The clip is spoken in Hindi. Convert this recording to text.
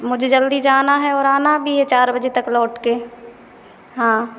मुझे जल्दी जाना है और आना भी है चार बजे तक लौट कर हाँ